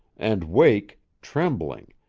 and wake, trembling,